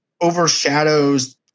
overshadows